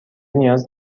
نیاز